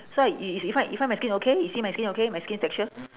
so y~ you you find you find my skin okay you see my skin okay my skin texture